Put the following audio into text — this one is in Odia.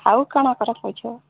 ଆଉ କାଣା କରିଛ